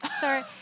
sorry